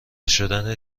شدن